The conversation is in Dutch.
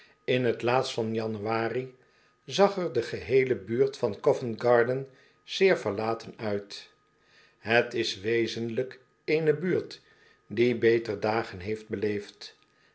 in t laatst van januari zag er de geheeie buurt van covent-garden zeer verlaten uit het is wezenlijk eene buurt die beter dagen heeft beleefd